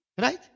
right